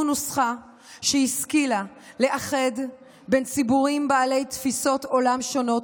נוסחה שהשכילה לאחד בין ציבורים בעלי תפיסות עולם שונות,